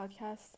podcast